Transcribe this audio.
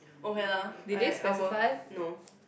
okay lah I I will no